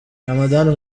ramadhan